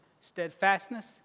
steadfastness